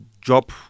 job